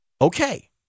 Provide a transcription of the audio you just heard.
okay